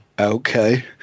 okay